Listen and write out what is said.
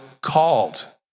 called